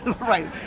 Right